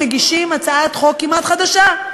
מגישים הצעת חוק כמעט חדשה.